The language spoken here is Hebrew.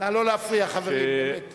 נא לא להפריע, חברים.